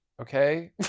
Okay